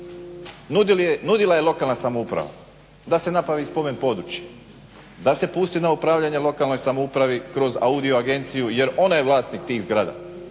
Nudila je lokalna samouprava da se napravi spomen područje, da se pusti na upravljanje lokalnoj samoupravi kroz Audio-agenciju jer ona je vlasnik tih zgrada